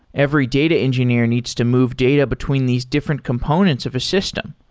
every data engineer needs to move data between these different components of a system.